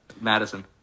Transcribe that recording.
Madison